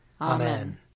Amen